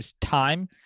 time